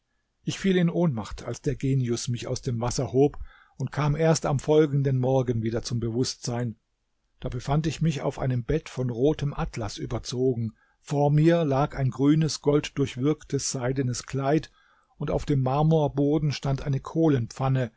ich fiel in ohnmacht als der genius mich aus dem wasser hob und kam erst am folgenden morgen wieder zum bewußtsein da befand ich mich auf einem bett von rotem atlas überzogen vor mir lag ein grünes golddurchwirktes seidenes kleid und auf dem marmorboden stand eine